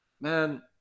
man